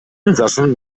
insassen